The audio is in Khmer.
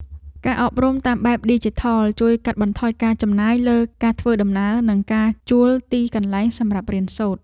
ការអប់រំតាមបែបឌីជីថលជួយកាត់បន្ថយការចំណាយលើការធ្វើដំណើរ និងការជួលទីកន្លែងសម្រាប់រៀនសូត្រ។